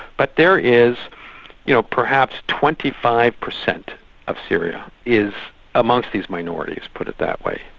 but there is you know perhaps twenty five percent of syria is amongst these minorities, put it that way.